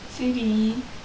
சரி:seri